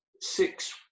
six